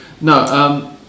no